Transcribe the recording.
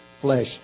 flesh